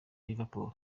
liverpool